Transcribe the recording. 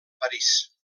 parís